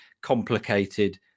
complicated